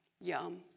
Yum